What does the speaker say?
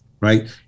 Right